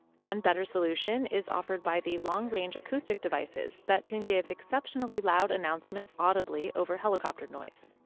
one better solution is offered by the long range acoustic devices that can give exceptionally loud announcements audibly over helicopter noise.